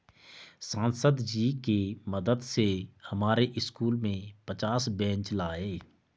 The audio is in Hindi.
सांसद जी के मदद से हमारे स्कूल में पचास बेंच लाए